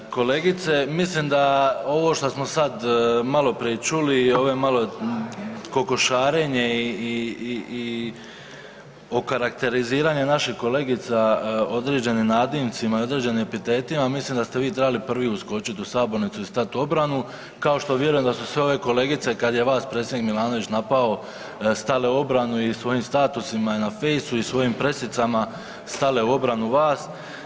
Kolegice mislim da ovo što smo sad malo prije čuli i malo „kokošarenje“ i okarakteriziranje naših kolegica određenim nadimcima i određenim epitetima, ja mislim da ste vi trebali prvi skočit u sabornici i stat u obranu kao što vjerujem da su sve ove kolegice kad je vas predsjednik Milanović napao stale u obranu i svojim statusima i na Facebooku i svojim pressicama stale u obranu vas.